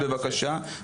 בבקשה.